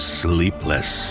sleepless